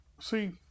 See